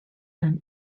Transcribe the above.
and